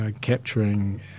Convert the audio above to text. capturing